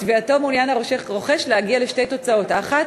ובתביעתו הוא מעוניין להגיע לשתי תוצאות: האחת,